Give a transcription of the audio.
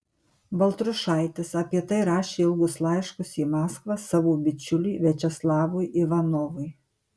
baltrušaitis apie tai rašė ilgus laiškus į maskvą savo bičiuliui viačeslavui ivanovui